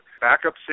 backup